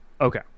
okay